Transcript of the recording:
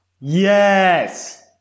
Yes